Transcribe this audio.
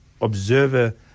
observer